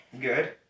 Good